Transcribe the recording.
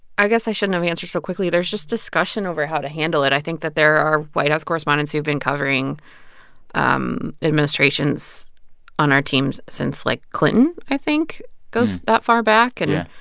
i guess i shouldn't have answered so quickly. there's just discussion over how to handle it. i think that there are white house correspondents who have been covering um administrations on our teams since like clinton, i think goes that far back. and,